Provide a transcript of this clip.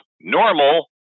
normal